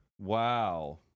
Wow